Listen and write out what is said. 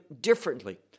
differently